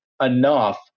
enough